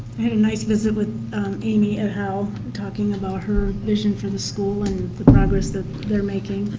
had a nice visit with amy at howe, talking about her vision for the school and the progress that they're making.